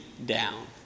down